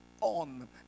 on